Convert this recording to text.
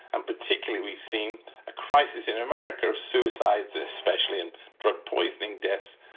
and particularly, we've seen a crisis in america of suicides, especially in drug poisoning deaths,